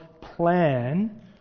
plan